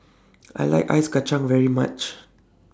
I like Ice Kacang very much